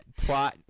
Twat